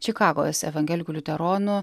čikagos evangelikų liuteronų